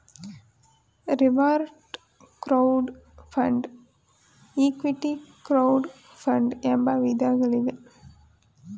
reward crowd fund, equity crowd fund ಎಂಬ ವಿಧಗಳಿವೆ